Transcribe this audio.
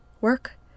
Work